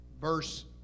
verse